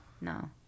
No